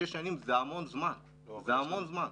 שש שנים זה המון זמן, זה המון זמן.